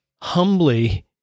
humbly